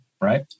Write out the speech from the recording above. right